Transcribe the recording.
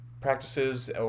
practices